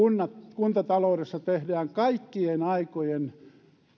kuntataloudessa tehdään kaikkien aikojen